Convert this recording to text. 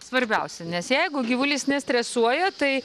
svarbiausia nes jeigu gyvulys nestresuoja tai